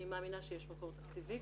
אני מאמינה שיש מקור תקציבי.